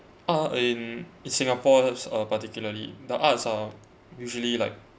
uh in in singapore particularly the arts are usually like